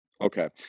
Okay